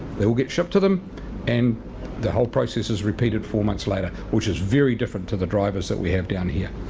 they all get shipped to them and the whole process is repeated four months later, which is very different to the drivers that we have down here.